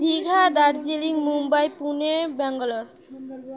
Digha Darjeeling Mumbai Pune Bangalore